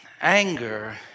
Anger